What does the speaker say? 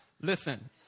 listen